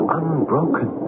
unbroken